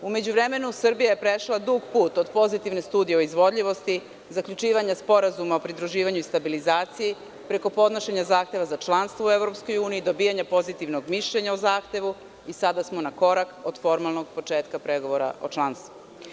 U međuvremenu Srbija je prešla dug put, od pozitivne studije o izvodljivosti, zaključivanja Sporazuma o pridruživanju i stabilizaciji, preko podnošenja zahteva za članstvo u EU, dobijanja pozitivnog mišljenja o zahtevu i sada smo na korak od formalnog početka pregovora o članstvu.